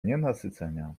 nienasycenia